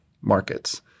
markets